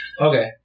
Okay